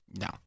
No